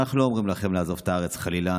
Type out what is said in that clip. אנחנו לא אומרים לכם לעזוב את הארץ, חלילה.